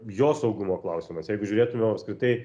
jo saugumo klausimas jeigu žiūrėtume apskritai